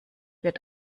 wird